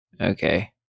Okay